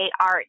art